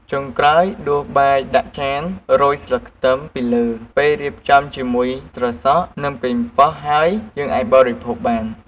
ចុងក្រោយដួសបាយដាក់ចាន រោយស្លឹកខ្ទឹមពីលើ ពេលរៀបចំជាមួយត្រសក់ និង ប៉េងប៉ោះហើយ យើងអាចបរិភោគបាន។